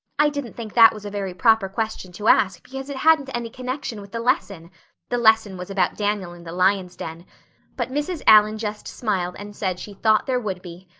i didn't think that was a very proper question to ask because it hadn't any connection with the lesson the lesson was about daniel in the lions' den but mrs. allan just smiled and said she thought there would be.